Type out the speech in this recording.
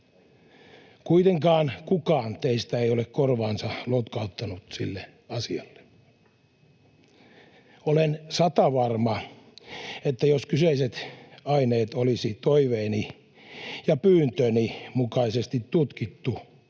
Kuitenkaan kukaan teistä ei ole korvaansa lotkauttanut sille asialle. Olen satavarma, että jos kyseiset aineet olisi toiveeni ja pyyntöni mukaisesti tutkittu,